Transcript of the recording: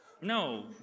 No